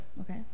Okay